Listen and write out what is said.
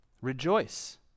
Rejoice